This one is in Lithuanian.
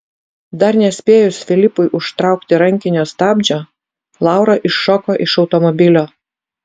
dar nespėjus filipui užtraukti rankinio stabdžio laura iššoko iš automobilio